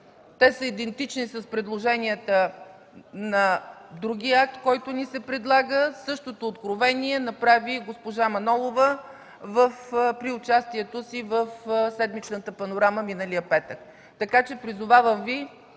те са идентични с предложенията на другия акт, който ни се предлага. Същото откровение направи и госпожа Манолова при участието си в седмичната „Панорама” миналия петък. Призовавам Ви